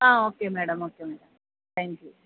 ആ okay madam okay madam thank you